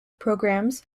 programs